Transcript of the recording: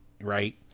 right